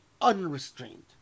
unrestrained